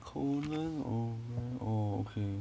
conan o'brien oh okay